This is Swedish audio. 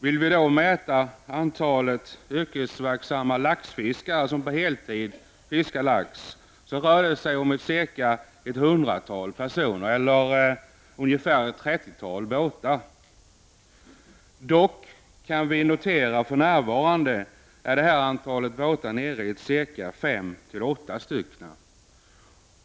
Om vi räknar antalet yrkesverksamma laxfiskare som på heltid fiskar lax, rör det sig om ett hundratal personer eller om ungefär ett trettiotal båtar. Vi kan dock notera att antalet båtar för närvarande är nere i mellan fem och åtta.